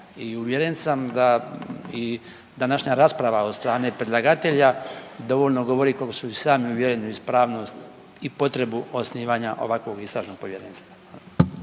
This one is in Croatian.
uvjeren sam da i današnja rasprava od strane predlagatelja dovoljno govori koliko su uvjereni u ispravnost i potrebu osnivanja ovakvog istražnog povjerenstva.